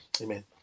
Amen